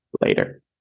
later